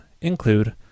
include